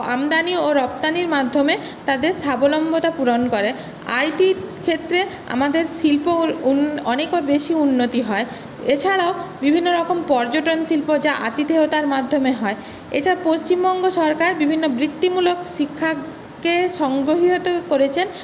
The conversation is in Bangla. আমদানি ও রপ্তানির মাধ্যমে তাদের স্বাবলম্বন পূরণ করে আইটি ক্ষেত্রে আমাদের শিল্প অনেকের বেশি উন্নতি হয় এছাড়াও বিভিন্ন রকম পর্যটন শিল্প যা আতিথেয়তার মাধ্যমে হয় এছাড়া পশ্চিমবঙ্গ সরকার বিভিন্ন বৃত্তিমূলক শিক্ষাকে সংগঠিত করেছেন